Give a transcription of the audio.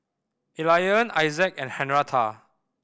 Elian Issac and Henretta